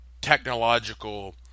technological